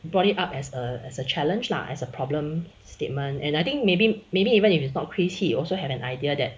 brought it up as a as a challenge lah as a problem statement and I think maybe maybe even if it's not chris he also have an idea that